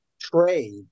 trade